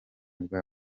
bwa